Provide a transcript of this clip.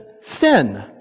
sin